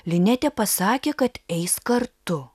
linetė pasakė kad eis kartu